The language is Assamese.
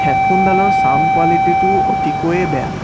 হেডফোনডালৰ ছাউণ্ড কোৱালিটিটো অতিকৈয়ে বেয়া